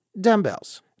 dumbbells